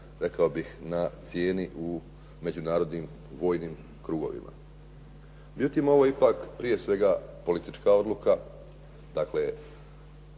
rekao bih na cijeni u međunarodnim, vojnim krugovima. Međutim, ovo je ipak prije svega politička odluka. Dakle,